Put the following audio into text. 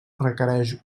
requereix